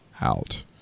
out